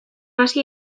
hasi